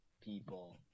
people